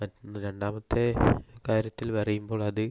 രണ്ടാമത്തെ കാര്യത്തിൽ പറയുമ്പോൾ അത്